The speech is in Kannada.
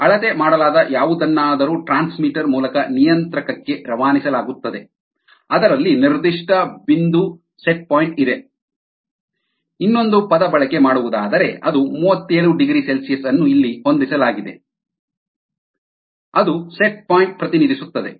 ಅಳತೆ ಮಾಡಲಾದ ಯಾವುದನ್ನಾದರೂ ಟ್ರಾನ್ಸ್ಮಿಟರ್ ಮೂಲಕ ನಿಯಂತ್ರಕಕ್ಕೆ ರವಾನಿಸಲಾಗುತ್ತದೆ ಅದರಲ್ಲಿ ನಿರ್ದಿಷ್ಟ ಬಿಂದು ನಿರ್ದಿಷ್ಟ ಬಿಂದು ಇದೆ ಇನ್ನೊಂದು ಪದ ಬಳಕೆ ಮಾಡುವುದಾದರೆ ಅದು 370C ಅನ್ನು ಇಲ್ಲಿ ಹೊಂದಿಸಲಾಗಿದೆ ಅದು ನಿರ್ದಿಷ್ಟ ಬಿಂದು ಪ್ರತಿನಿಧಿಸುತ್ತದೆ